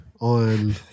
on